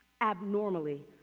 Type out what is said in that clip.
Abnormally